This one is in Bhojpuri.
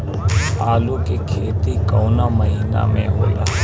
आलू के खेती कवना महीना में होला?